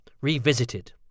revisited